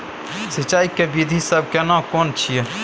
सिंचाई के विधी सब केना कोन छिये?